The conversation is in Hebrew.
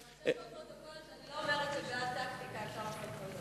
שיירשם בפרוטוקול שאני לא אומרת שבשביל טקטיקה אפשר לעשות כל דבר.